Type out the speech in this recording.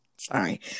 Sorry